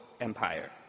empire